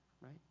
right